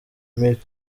milles